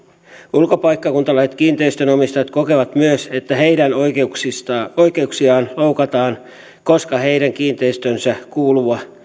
ulkopaikkakuntalaiset kiinteistönomistajat kokevat että heidän oikeuksiaan loukataan koska heidän kiinteistöönsä kuuluva